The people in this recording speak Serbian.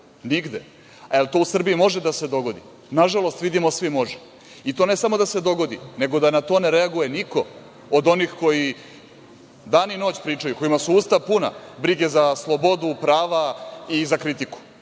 Nigde. A jel to u Srbiji može da se dogodi? Nažalost, vidimo svi, može. I to ne samo da se dogodi, nego da na to ne reaguje niko od onih koji dan i noć pričaju, kojima su usta puna brige za slobodu, prava i za kritiku.